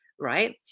right